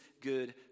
good